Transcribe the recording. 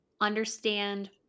understand